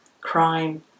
crime